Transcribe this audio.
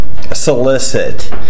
solicit